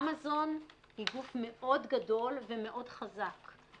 אמזון היא גוף מאוד גדול ומאוד חזק.